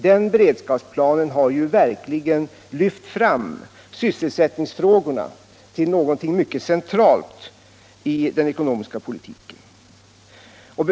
Den beredskapsplanen har verkligen lyft fram sysselsättningsfrågorna till något mycket centralt i den ekonomiska politiken.